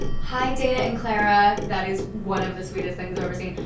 hi, dana and clara. that is one of the sweetest things i've ever seen.